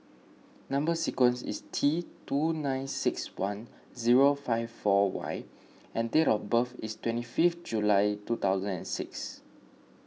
Number Sequence is T two nine six one zero five four Y and date of birth is twenty fifth July two thousand and six